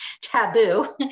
taboo